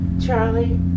Charlie